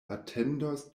atendos